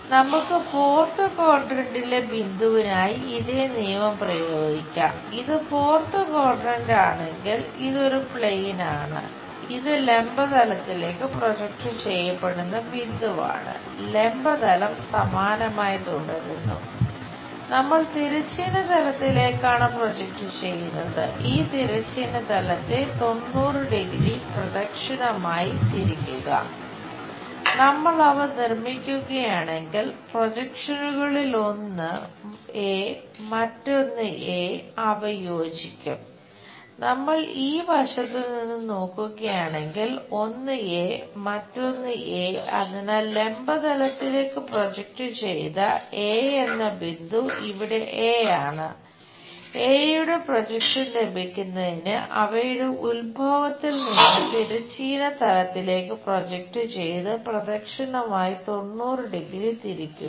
നമുക്ക് ഫോർത് ക്വാഡ്രന്റിലെ പ്രദക്ഷിണമായി തിരിക്കുക നമ്മൾ അവ നിർമ്മിക്കുകയാണെങ്കിൽ പ്രൊജക്ഷനുകളിലൊന്ന് തിരിക്കുക